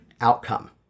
outcome